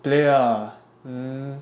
play ah hmm